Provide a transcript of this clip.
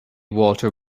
walter